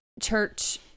church